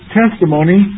testimony